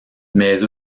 mais